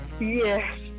yes